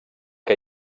que